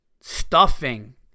stuffing